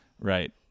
Right